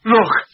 Look